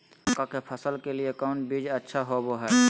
मक्का के फसल के लिए कौन बीज अच्छा होबो हाय?